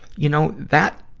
you know, that,